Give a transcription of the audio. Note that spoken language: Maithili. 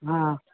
हँ